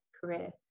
career